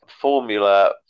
formula